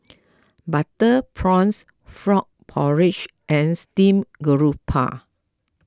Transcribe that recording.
Butter Prawn Frog Porridge and Steamed Grouper